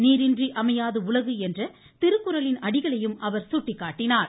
நீரின்றி அமையாது உலகு உஎன்ற திருக்குறளின் அடிகளையும் அவர் சுட்டிக்காட்டினார்